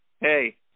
hey